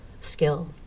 skill